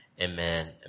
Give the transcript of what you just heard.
Amen